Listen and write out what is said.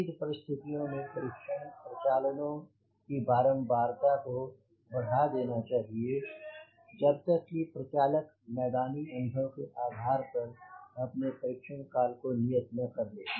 विपरीत परिस्थितियों में परीक्षण प्रचलनों की बारम्बारता को बढ़ा देना चाहिए जब तक कि प्रचालक मैदानी अनुभव केआधारअपने लिए परीक्षण काल को नियत न कर ले